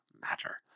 matter